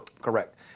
Correct